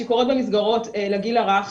שקורית במסגרות לגיל הרך,